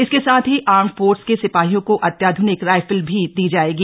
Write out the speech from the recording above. इसके साथ ही आर्म्ड फोर्स के सिपाहियों को अत्याध्निक राइफल दी जायेगी